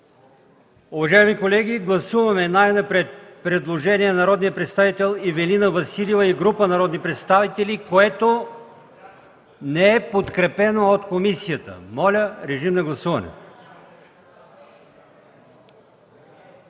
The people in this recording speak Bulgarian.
Уважаеми колеги, гласуваме най-напред предложение на народния представител Ивелина Василева и група народни представители, което не е подкрепено от комисията. Гласували